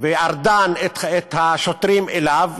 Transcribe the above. וארדן את השוטרים אליו,